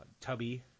Tubby